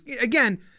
again